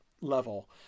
level